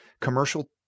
commercial